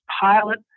pilot